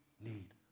need